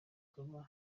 kuba